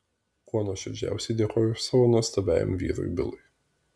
kuo nuoširdžiausiai dėkoju savo nuostabiajam vyrui bilui